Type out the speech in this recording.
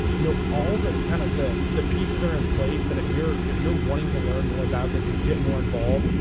you know all the kind of the the pieces are in place that if you're if you're wanting to learn more about this and get more involved,